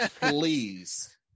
Please